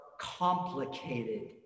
complicated